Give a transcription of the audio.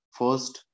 first